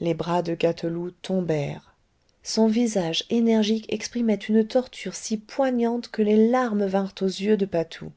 les bras de gâteloup tombèrent son visage énergique exprimait une torture si poignante que les larmes vinrent aux yeux de patou